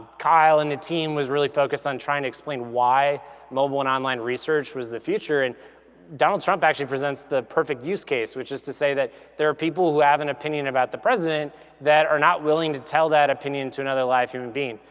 kyle and the team was really focused on trying to i mean why mobile and online research was the future. and donald trump actually presents the perfect use case, which is to say that there are people who have an opinion about the president that are not willing to tell that opinion to another live human being.